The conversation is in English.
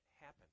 happen